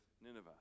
Nineveh